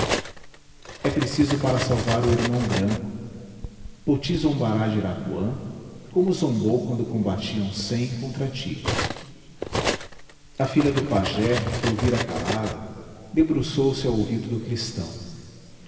é preciso para salvar o irmão branco poti zombará de irapuã como zombou quando combatiam cem contra ti a filha do pajé que ouvira calada debruçou-se ao ouvido do cristão